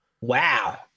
Wow